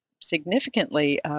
significantly